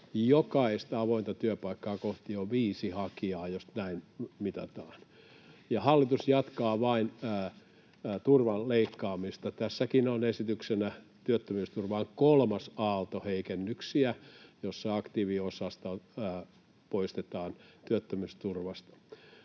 Jokaista avointa työpaikkaa kohti on viisi hakijaa, jos näin mitataan. Hallitus jatkaa vain turvan leikkaamista. Tässäkin on esityksenä työttömyysturvaan kolmas aalto heikennyksiä, joilla aktiiviosaa poistetaan työttömyysturvasta.